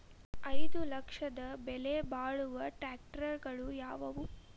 ಐದು ಲಕ್ಷದ ಬೆಲೆ ಬಾಳುವ ಟ್ರ್ಯಾಕ್ಟರಗಳು ಯಾವವು?